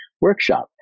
workshop